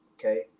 okay